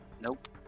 Nope